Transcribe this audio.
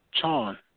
Chon